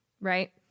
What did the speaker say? Right